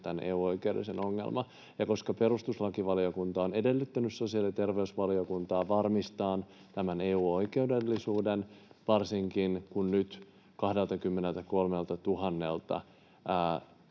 tämän EU-oikeudellisen ongelman. Ja koska perustuslakivaliokunta on edellyttänyt sosiaali‑ ja terveysvaliokuntaa varmistamaan tämän EU-oikeudellisuuden, varsinkin kun nyt 23 000